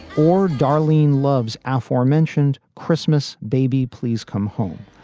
or darlene love's aforementioned christmas baby, please come home,